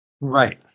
Right